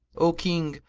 o king,